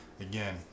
again